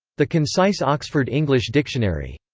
the concise oxford english dictionary.